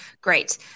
great